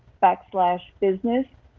backlash business.